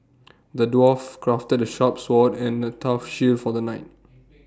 the dwarf crafted A sharp sword and A tough shield for the knight